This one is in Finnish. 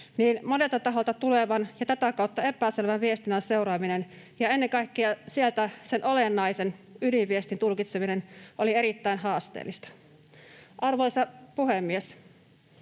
niin monelta taholta tulevan ja tätä kautta epäselvän viestinnän seuraaminen ja ennen kaikkea sen olennaisen ydinviestin tulkitseminen sieltä oli erittäin haasteellista. Arvoisa puhemies!